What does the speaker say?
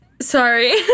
Sorry